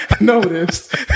noticed